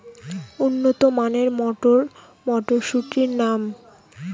উন্নত মানের মটর মটরশুটির নাম?